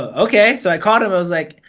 okay. so i called him, i was like,